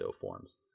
forms